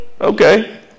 okay